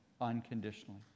unconditionally